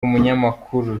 umunyamakuru